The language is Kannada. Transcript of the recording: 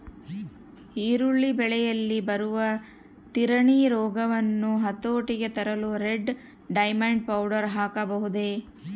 ಈರುಳ್ಳಿ ಬೆಳೆಯಲ್ಲಿ ಬರುವ ತಿರಣಿ ರೋಗವನ್ನು ಹತೋಟಿಗೆ ತರಲು ರೆಡ್ ಡೈಮಂಡ್ ಪೌಡರ್ ಹಾಕಬಹುದೇ?